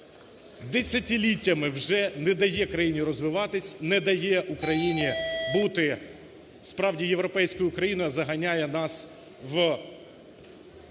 десятиліттями вже не дає країні розвиватись, не дає Україні бути справді європейською країною, а заганяє нас у